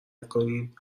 نکنین